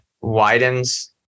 widens